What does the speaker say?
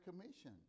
commission